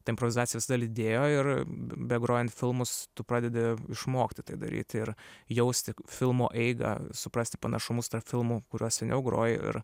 ta improvizacija visada lydėjo ir begrojant filmus tu pradedi išmokti tai daryt ir jausti filmo eigą suprasti panašumus tarp filmų kuriuos seniau grojai ir